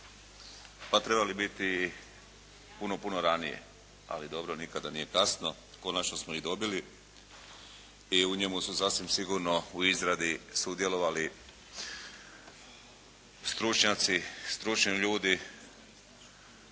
pa trebali biti puno ranije. Ali dobro, nikada nije kasno, konačno smo ih dobili i u njemu su zasigurno u izradi sudjelovali stručnjaci, stručni ljudi,